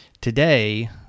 Today